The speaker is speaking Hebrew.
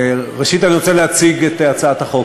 ראשית, אני רוצה להציג את הצעת החוק.